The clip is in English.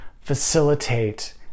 facilitate